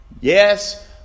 Yes